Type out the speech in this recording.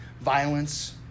violence